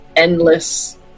Endless